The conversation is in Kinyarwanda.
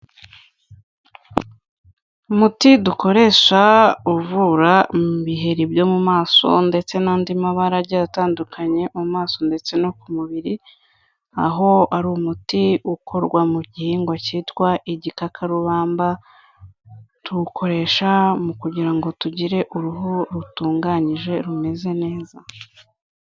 Umuti dukoresha uvura ibiheri byo mu maso, ndetse n'andi mabara atandukanye mu maso ndetse no ku mubiri. Aho ari umuti ukorwa mu gihingwa cyitwa igikakarubamba, tuwukoresha mu kugira ngo tugire uruhu rutunganyije rumeze neza.